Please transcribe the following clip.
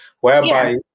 Whereby